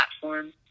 platform